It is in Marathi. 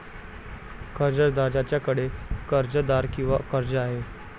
कर्जदार ज्याच्याकडे कर्जदार किंवा कर्ज आहे